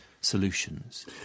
solutions